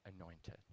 anointed